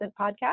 podcast